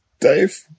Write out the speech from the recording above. Dave